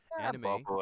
Anime